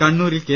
കണ്ണൂരിൽ കെ